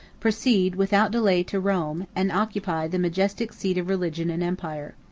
proceed, without delay, to rome, and occupy the majestic seat of religion and empire.